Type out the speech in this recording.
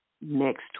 next